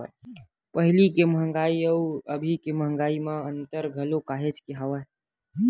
पहिली के मंहगाई अउ अभी के मंहगाई म अंतर घलो काहेच के हवय